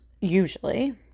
usually